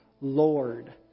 Lord